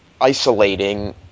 isolating